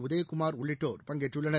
உதயகுமார் உள்ளிட்டோர் பங்கேற்றுள்ளனர்